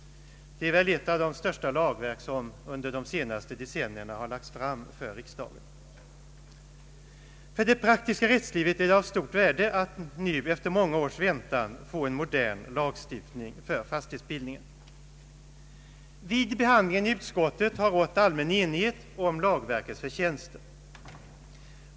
Det är ett av de största lagverk som under de senaste decennierna har lagts fram för riksdagen. För det praktiska rättslivet är det av stort värde att nu, efter många års väntan, få en modern lagstiftning för fastighetsbildningen. Vid behandlingen i utskottet har rått allmän enighet om lagverkets förtjänster.